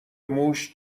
موش